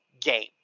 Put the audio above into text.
game